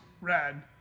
rad